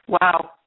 Wow